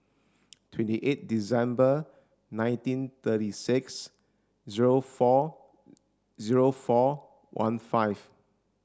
twenty eight December nineteen thirty six zero four zero four one five